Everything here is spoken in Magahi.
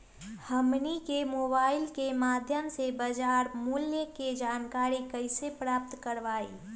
हमनी के मोबाइल के माध्यम से बाजार मूल्य के जानकारी कैसे प्राप्त करवाई?